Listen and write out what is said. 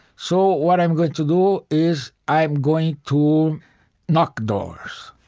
so, what i'm going to do is i'm going to knock doors